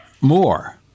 more